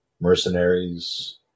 mercenaries